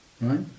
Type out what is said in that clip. Right